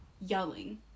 yelling